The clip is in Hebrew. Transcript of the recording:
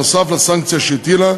נוסף על הסנקציה שהטילה,